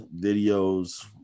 videos